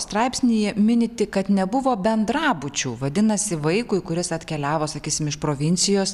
straipsnyje minit tik kad nebuvo bendrabučių vadinasi vaikui kuris atkeliavo sakysim iš provincijos